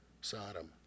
Sodom